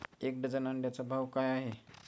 एक डझन अंड्यांचा भाव काय आहे?